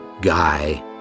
Guy